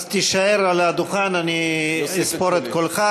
אז תישאר על הדוכן, אני אספור את קולך.